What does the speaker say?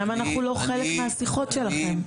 למה אנחנו לא חלק מהשיחות שלכם?